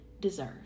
deserve